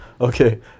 Okay